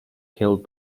killed